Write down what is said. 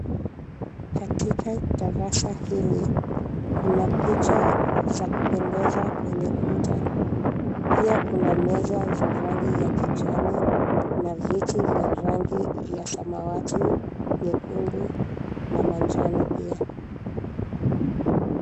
Katika darasa hili, kuna picha za kupendeza kwenye kuta. Pia kuna meza za rangi ya kijani na viti vya rangi ya samawati, nyekundu na manjano pia.